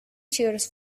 cheers